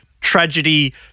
tragedy